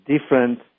different